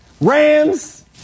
Rams